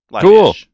Cool